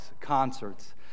concerts